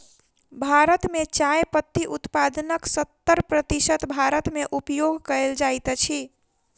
भारत मे चाय पत्ती उत्पादनक सत्तर प्रतिशत भारत मे उपयोग कयल जाइत अछि